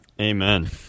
Amen